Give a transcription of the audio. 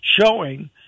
showing